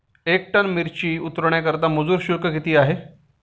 एक metric ton मिरची उतरवण्याकरता मजुर शुल्क किती आहे?